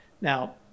Now